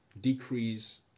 decrease